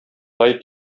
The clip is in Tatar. тай